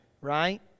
Right